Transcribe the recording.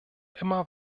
immer